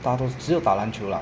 大陆只有打篮球啦